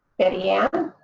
betty-ann?